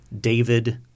David